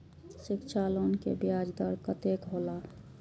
शिक्षा लोन के ब्याज दर कतेक हौला?